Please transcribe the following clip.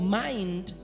mind